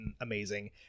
amazing